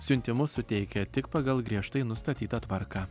siuntimus suteikia tik pagal griežtai nustatytą tvarką